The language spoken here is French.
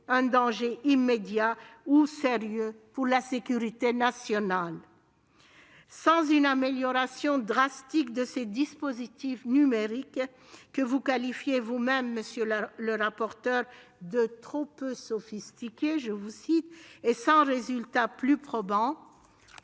un danger immédiat ou sérieux pour la sécurité nationale. Sans une amélioration drastique de ces dispositifs numériques que vous qualifiez vous-même, monsieur le rapporteur, de « trop peu sophistiqués », et à défaut de résultats plus probants,